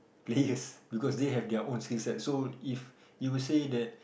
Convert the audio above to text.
please because they have their own skill set so if you will say that